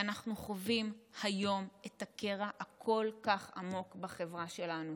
ואנחנו חווים היום את הקרע הכל-כך עמוק בחברה שלנו,